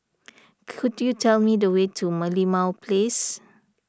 could you tell me the way to Merlimau Place